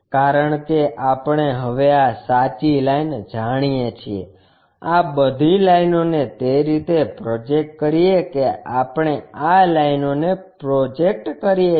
કારણ કે આપણે હવે આ સાચી લાઈન જાણીએ છીએ આ બધી લાઈનોને તે રીતે પ્રોજેક્ટ કરીએ કે આપણે આ લાઈનોને પ્રોજેક્ટ કરીએ છીએ